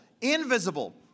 invisible